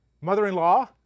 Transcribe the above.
mother-in-law